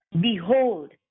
Behold